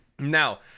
Now